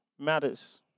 matters